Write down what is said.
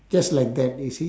just like that you see